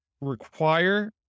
require